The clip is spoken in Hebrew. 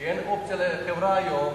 כי אין אופציה לחברה היום לבקש,